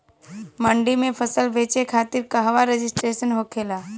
मंडी में फसल बेचे खातिर कहवा रजिस्ट्रेशन होखेला?